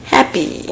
Happy